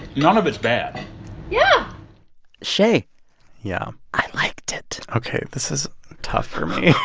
none of it's bad yeah shay yeah i liked it ok. this is tough for me